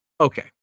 Okay